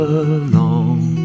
alone